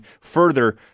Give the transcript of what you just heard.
further